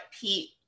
Pete